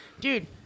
Dude